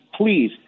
please